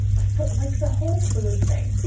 like the whole food thing.